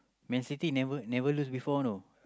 Man-City never never lose before you know